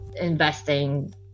investing